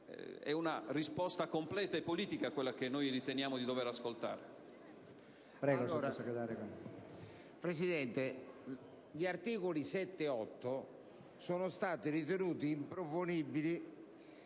Presidente, gli articoli 7 e 8 sono stati ritenuti dalla